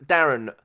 Darren